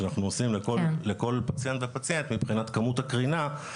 שאנחנו עושים לכל פציינט ופציינט מבחינת כמות הקרינה,